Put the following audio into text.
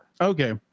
Okay